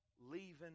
leaving